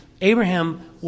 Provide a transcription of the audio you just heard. Abraham